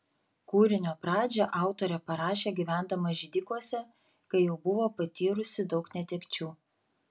kūrinio pradžią autorė parašė gyvendama židikuose kai jau buvo patyrusi daug netekčių